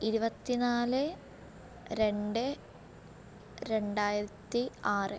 ഇരുപത്തി നാല് രണ്ട് രണ്ടായിരത്തി ആറ്